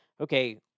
okay